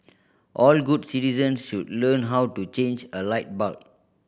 all good citizens should learn how to change a light bulb